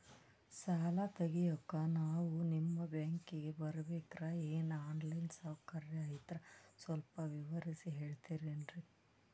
ಸಾಲ ತೆಗಿಯೋಕಾ ನಾವು ನಿಮ್ಮ ಬ್ಯಾಂಕಿಗೆ ಬರಬೇಕ್ರ ಏನು ಆನ್ ಲೈನ್ ಸೌಕರ್ಯ ಐತ್ರ ಸ್ವಲ್ಪ ವಿವರಿಸಿ ಹೇಳ್ತಿರೆನ್ರಿ?